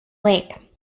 lake